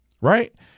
right